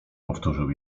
powtórzył